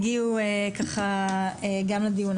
הגיעו כאן לדיון,